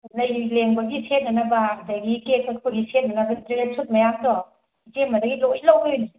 ꯂꯩ ꯂꯦꯡꯕꯒꯤ ꯁꯦꯠꯅꯅꯕ ꯑꯗꯒꯤ ꯀꯦꯛ ꯀꯛꯄꯒꯤ ꯁꯦꯠꯅꯅꯕ ꯗ꯭ꯔꯦꯁ ꯁꯨꯠ ꯃꯌꯥꯝꯗꯣ ꯏꯆꯦꯃꯗꯒꯤ ꯂꯣꯏ ꯂꯧꯗꯣꯏꯅꯦ